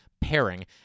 pairing